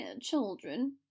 children